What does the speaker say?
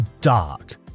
dark